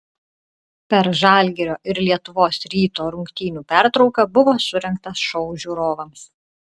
per žalgirio ir lietuvos ryto rungtynių pertrauką buvo surengtas šou žiūrovams